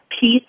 peace